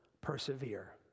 persevere